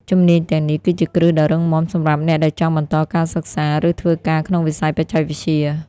ជំនាញទាំងនេះគឺជាគ្រឹះដ៏រឹងមាំសម្រាប់អ្នកដែលចង់បន្តការសិក្សាឬធ្វើការក្នុងវិស័យបច្ចេកវិទ្យា។